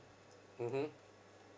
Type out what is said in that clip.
mmhmm